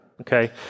okay